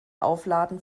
aufladen